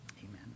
Amen